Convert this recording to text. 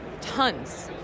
tons